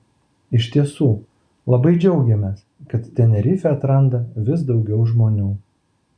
iš tiesų labai džiaugiamės kad tenerifę atranda vis daugiau žmonių